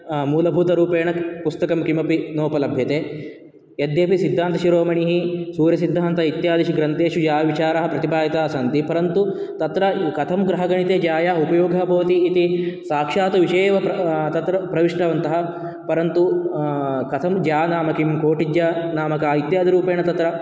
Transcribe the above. मूलभूतरूपेण पुस्तकं किमपि नोपलभ्यते यद्यपि सिद्धान्तशिरोमणिः सूर्यसिद्धान्त इत्यादिषु ग्रन्थेषु या विचाराः प्रतिपादिताः सन्ति परन्तु तत्र कथं ग्रहगणिते ज्यायाः उपयोगः भवति इति साक्षात् विषये एव तत्र प्रविष्टवन्तः परन्तु कथं ज्या नाम किं कोटिज्या नाम का इत्यादि रूपेण तत्र